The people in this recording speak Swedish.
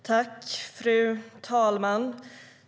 Svar på interpellationFru talman!